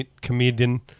Comedian